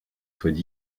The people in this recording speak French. soient